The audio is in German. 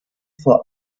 vor